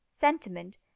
sentiment